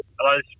Hello